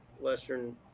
Western